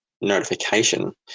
notification